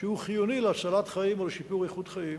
שהוא חיוני להצלת חיים או לשיפור איכות חיים.